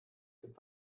gibt